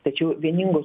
tačiau vieningo